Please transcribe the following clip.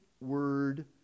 word